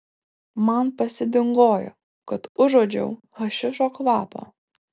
man pasidingojo kad užuodžiau hašišo kvapą